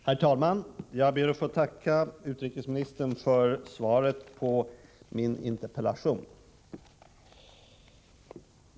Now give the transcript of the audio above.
Herr talman! Jag ber att få tacka utrikesministern för svaret på min interpellation.